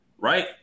Right